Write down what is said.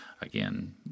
again